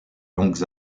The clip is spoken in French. longues